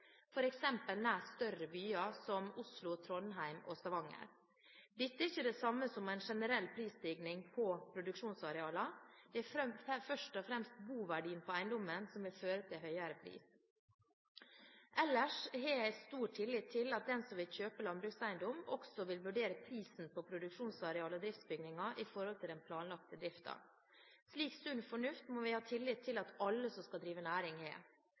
større byer som Oslo, Trondheim og Stavanger. Dette er ikke det samme som en generell prisstigning på produksjonsarealene – det er først og fremst boverdien på eiendommen som vil føre til høyere pris. Ellers har jeg stor tillit til at den som vil kjøpe landbrukseiendom, også vil vurdere prisen på produksjonsareal og driftsbygninger i forhold til den planlagte driften. Slik sunn fornuft må vi ha tillit til at alle som skal drive næring,